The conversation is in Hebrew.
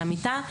על המיטה,